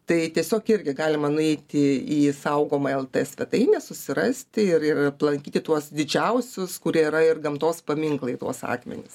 tai tiesiog irgi galima nueiti į saugomą el t svetainę susirasti ir ir aplankyti tuos didžiausius kurie yra ir gamtos paminklai tuos akmenis